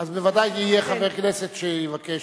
אז בוודאי יהיה חבר כנסת שיבקש,